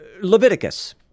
Leviticus